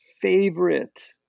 favorite